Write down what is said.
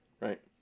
Right